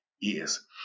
Yes